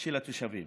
של התושבים.